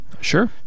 Sure